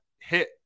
hit